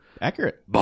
Accurate